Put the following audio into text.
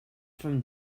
from